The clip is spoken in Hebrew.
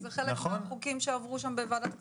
זה חלק מהחוקים שעברו בוועדת הכספים,